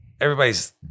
everybody's